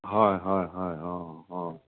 হয় হয় হয় অ অ